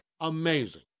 Amazing